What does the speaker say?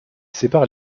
sépare